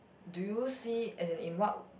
do you see as in in what